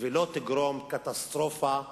ולא תגרום קטסטרופה לאזור,